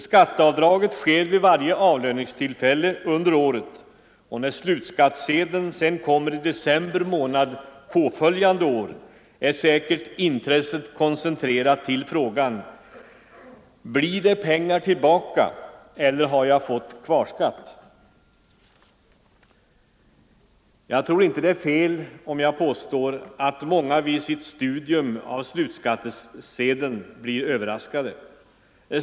Skatteavdraget görs vid varje avlöningstillfälle under året, och när slutskattsedeln sedan kommer i december månad påföljande år är säkerligen intresset kon centrerat till frågan: Blir det pengar tillbaka eller har jag fått kvarskatt?- Jag tror inte att det är fel om jag påstår, att många vid sitt studium av slutskattesedeln blir överraskade.